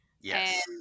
Yes